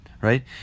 right